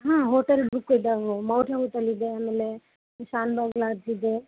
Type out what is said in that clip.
ಹಾಂ hotel book ಇದಾವೆ Maurya hotel ಇದೆ ಆಮೇಲೆ ಶಾನುಭಾಗ್ ಲಾಡ್ಜ್ ಇದೆ